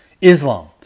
Islam